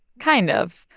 kind of.